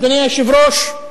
אדוני היושב-ראש,